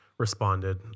responded